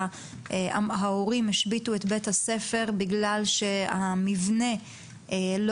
ההורים השביתו את בית הספר בגלל שהמבנה לא